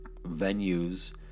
venues